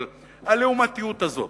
אבל הלעומתיות הזאת,